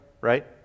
right